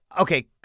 okay